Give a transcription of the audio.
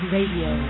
Radio